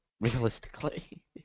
realistically